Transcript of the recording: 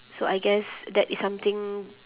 so I guess that is something